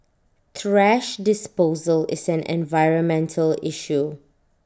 thrash disposal is an environmental issue